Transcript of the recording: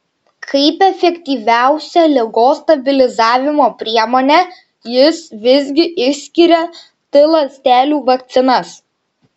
kaip efektyviausią ligos stabilizavimo priemonę jis visgi išskiria t ląstelių vakcinas